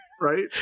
right